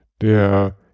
der